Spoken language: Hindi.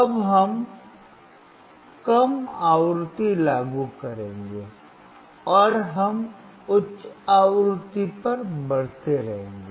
अब हम कम आवृत्ति लागू करेंगे और हम उच्च आवृत्ति पर बढ़ते रहेंगे